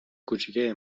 کوچیکه